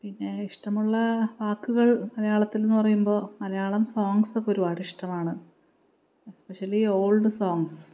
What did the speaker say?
പിന്നെ ഇഷ്ടമുള്ള വാക്കുകൾ മലയാളത്തിൽ എന്നു പറയുമ്പോൾ മലയാളം സോങ്സൊക്കെ ഒരുപാട് ഇഷ്ടമാണ് എസ്പെഷ്യലി ഓൾഡ് സോങ്ങ്സ്